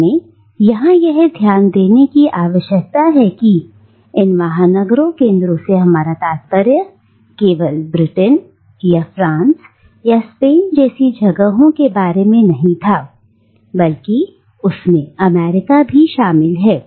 हमें यहां यह ध्यान देने की आवश्यकता है कि इन महानगरों केंद्रों से हमारा तात्पर्य केवल ब्रिटेन या फ्रांस या स्पेन जैसी जगहों के बारे में ही नहीं था बल्कि उसमें आज अमेरिका भी शामिल है